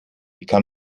kann